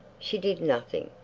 she did nothing.